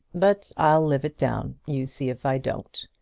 but i'll live it down. you see if i don't.